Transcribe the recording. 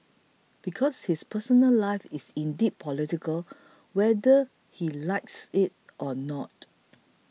because his personal life is indeed political whether he likes it or not